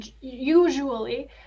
usually